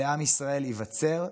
לעם ישראל ייווצר?